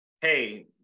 hey